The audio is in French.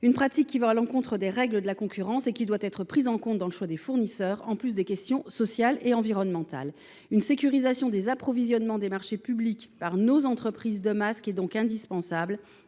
des pratiques qui vont à l’encontre des règles de la concurrence et qui doivent être prises en compte dans le choix des fournisseurs, en plus des questions sociales et environnementales. La sécurisation des approvisionnements des marchés publics par nos entreprises de fabrication de masques est donc indispensable,